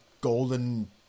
golden